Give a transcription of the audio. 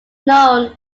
known